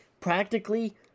practically